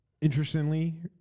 interestingly